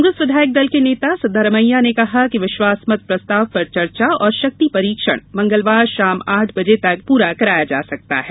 कांग्रेस विधायक दल के नेता सिद्वारमैया ने कहा कि विश्वासमत प्रस्ताव पर चर्चा और शक्ति परीक्षण मंगलवार शाम आठ बजे तक पूरा कराया जा सकता है